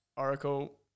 Oracle